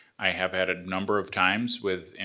i have had a number of times within,